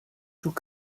tout